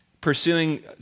pursuing